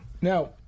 Now